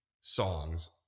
songs